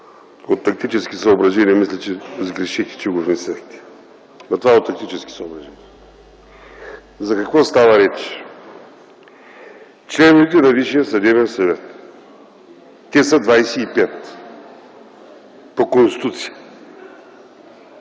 от тактически съображения, мисля, че сгрешихте, че го внесохте. Но това е от тактически съображения. За какво става реч? Членовете на Висшия съдебен съвет – те са 25 по Конституция.